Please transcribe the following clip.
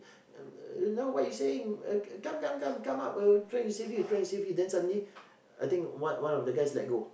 uh now what you saying uh come come come come up we're trying to save you we're trying to save you then after that I think one of the guys let go